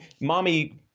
mommy